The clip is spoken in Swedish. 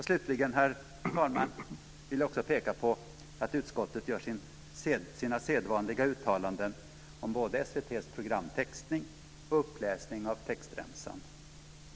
Slutligen, herr talman, vill jag också peka på att utskottet gör sina sedvanliga uttalanden om både SVT:s programtextning och uppläsning av textremsan.